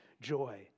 joy